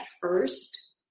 first